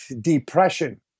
depression